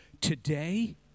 today